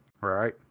right